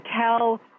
tell